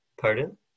pardon